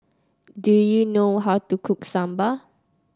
do you know how to cook Sambar